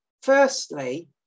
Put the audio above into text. Firstly